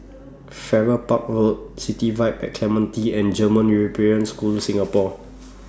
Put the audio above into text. Farrer Park Road City Vibe At Clementi and German European School Singapore